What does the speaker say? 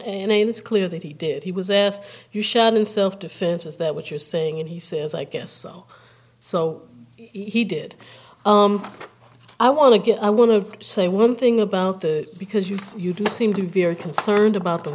i it's clear that he did he was asked you shot in self defense is that what you're saying and he says i guess so he did i want to get i want to say one thing about the because you you do seem to be very concerned about the